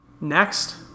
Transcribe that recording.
Next